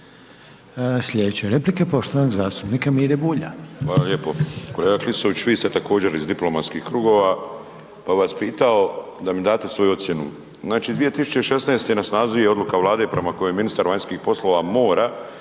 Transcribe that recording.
Slijedeće replike poštovanog zastupnika Mire Bulja. **Bulj, Miro (MOST)** Hvala lijepo. Kolega Klisović, vi ste također iz diplomatskih krugova, pa bi vas pitao da mi date svoju ocjenu. Znači 2016. na snazi je odluka Vlade prema kojoj ministar vanjskih poslova mora